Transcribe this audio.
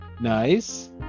Nice